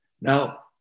Now